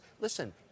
listen